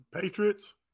Patriots